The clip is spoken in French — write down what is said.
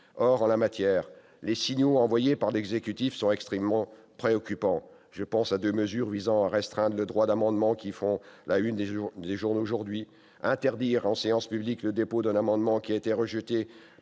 Or, en la matière, les signaux envoyés par l'exécutif sont extrêmement préoccupants. Je pense à deux mesures visant à restreindre le droit d'amendement qui font la une des journaux d'aujourd'hui : l'interdiction du dépôt en séance publique d'un amendement ayant été rejeté